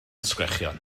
sgrechian